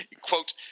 quote